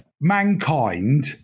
Mankind